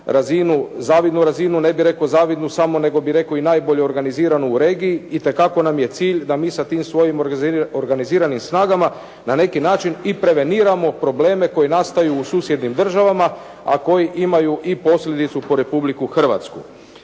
razinu, zavidnu razinu, ne bih rekao zavidnu samo nego bih rekao i najbolje organiziranu u regiji itekako nam je cilj da mi sa tim svojim organiziranim snagama na neki način i preveniramo probleme koji nastaju u susjednim državama, a koji imaju i posljedicu po Republiku Hrvatsku.